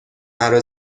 مرا